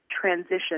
transition